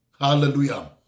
hallelujah